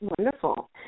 Wonderful